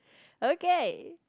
okay